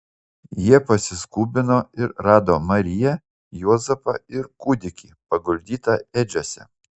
jie pasiskubino ir rado mariją juozapą ir kūdikį paguldytą ėdžiose